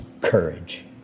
courage